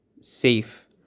safe